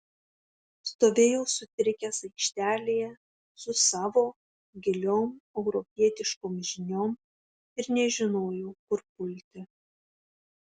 stovėjau sutrikęs aikštelėje su savo giliom europietiškom žiniom ir nežinojau kur pulti